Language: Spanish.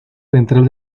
ventral